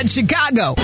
Chicago